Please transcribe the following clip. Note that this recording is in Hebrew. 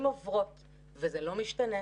השנים עוברות וזה לא משתנה,